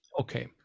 okay